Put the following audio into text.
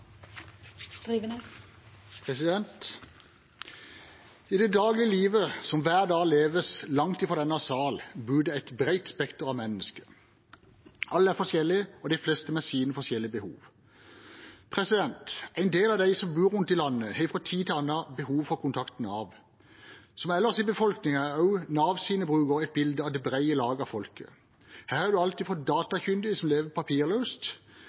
det et bredt spekter av mennesker. Alle er forskjellige, og de fleste har sine forskjellige behov. En del av dem som bor rundt om i landet, har fra tid til annen behov for kontakt med Nav. Som ellers i befolkningen er også Navs brukere et bilde på det brede laget av folket. Her har man alt fra datakyndige som lever papirløst,